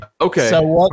Okay